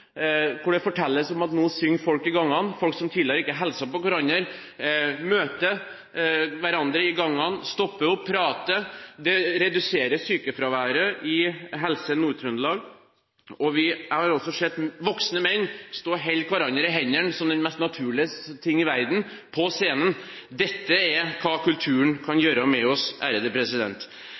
Det fortelles om at nå synger folk i gangene – folk som tidligere ikke har hilst på hverandre, møter hverandre i gangene, stopper opp og prater. Det reduserer sykefraværet i Helse Nord-Trøndelag. Jeg har også sett voksne menn stå og holde hverandre i hendene som den mest naturlige ting i verden på scenen. Dette er hva kulturen kan gjøre med oss.